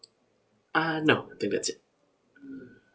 uh no I think that's it